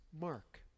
Mark